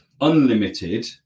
unlimited